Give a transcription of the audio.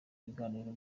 biganiro